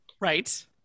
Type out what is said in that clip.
right